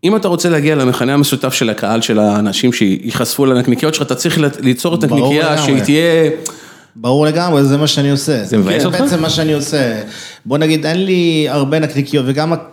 אם אתה רוצה להגיע למכנה המשותף של הקהל, של האנשים שיחשפו אל הנקניקיות שלך, אתה צריך ליצור את הנקניקיה שהיא תהיה... ברור לגמרי, זה מה שאני עושה. זה מבאס אותך? זה בעצם מה שאני עושה. בוא נגיד, אין לי הרבה נקניקיות וגם...